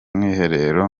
mwiherero